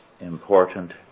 important